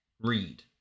read